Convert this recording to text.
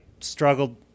struggled